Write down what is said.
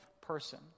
person